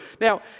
Now